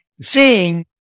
Seeing